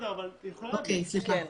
אבל היא יכולה, שתגיד.